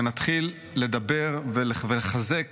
ונתחיל לדבר ולחזק